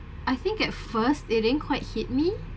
I think at first it didn't quite hit me